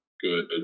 good